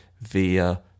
via